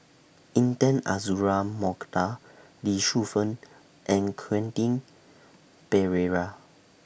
Intan Azura Mokhtar Lee Shu Fen and Quentin Pereira